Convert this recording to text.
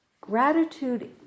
gratitude